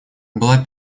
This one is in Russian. была